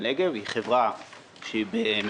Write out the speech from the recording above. בוקר בנגב בהתאם לסעיף 10 לחוק החברות